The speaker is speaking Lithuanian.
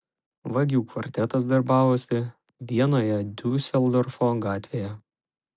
vagių kvartetas darbavosi vienoje diuseldorfo gatvėje